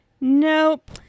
Nope